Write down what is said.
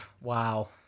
Wow